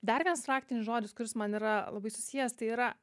dar vienas raktinis žodis kuris man yra labai susijęs tai yra